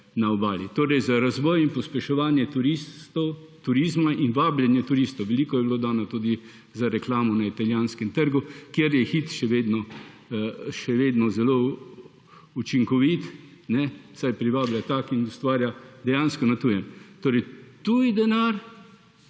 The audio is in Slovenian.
na Obali. Torej za razvoj in pospeševanje turizma in vabljenje turistov, veliko je bilo dano tudi za reklamo na italijanskem trgu, kjer je Hit še vedno zelo učinkovit, saj privablja in ustvarja dejansko na tujem. Torej, tuji denar